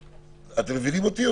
אתם מבינים אותי?